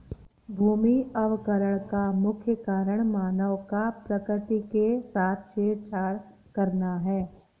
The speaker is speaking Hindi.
भूमि अवकरण का मुख्य कारण मानव का प्रकृति के साथ छेड़छाड़ करना है